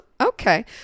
Okay